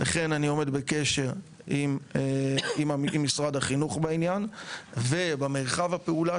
וכן אני עומד בקשר עם משרד החינוך בעניין ובמרחב הפעולה